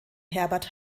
herbert